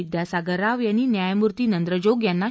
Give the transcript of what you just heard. विद्यासागर राव यांनी न्यायमूर्ती नंद्रजोग यांना शपथ दिली